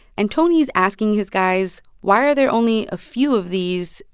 and tony's asking his guys, why are there only a few of these,